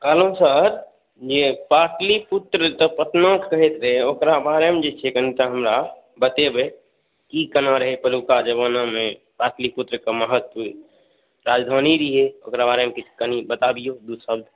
कहलहुँ सर ई पाटलिपुत्र तऽ पटनाके कहैत रहै ओकरा बारेमे जे छै कनिटा हमरा बतैबे की केना रहै पहिलुका जमानामे पाटलीपुत्रके महत्व राजधानी भी हइ ओकरा बारेमे कनि बताबियौ दू शब्द